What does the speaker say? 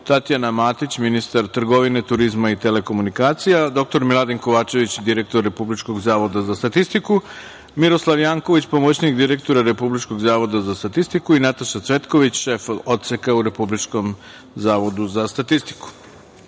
Tatjana Matić, ministar trgovine, turizma i telekomunikacija, dr Miladin Kovačević, direktor Republičkog zavoda za statistiku, Miroslav Janković, pomoćnik direktora Republičkog zavoda za statistiku, i Nataša Cvetković, šef Odseka u Republičkom zavodu za statistiku. Primili